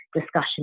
discussion